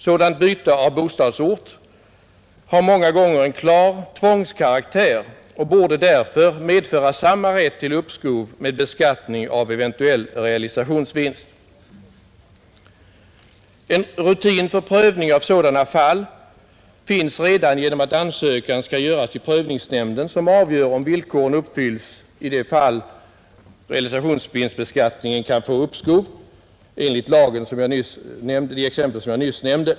Sådant byte av bostadsort har många gånger en klar tvångskaraktär och borde därför medföra samma rätt till uppskov med beskattning av eventuell realisationsvinst. En rutin för prövning av sådana fall finns redan genom att ansökan skall göras till prövningsnämnden, som avgör om villkoren uppfylls i de fall som lagen redan medgiver.